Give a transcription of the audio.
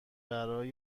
برای